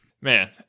man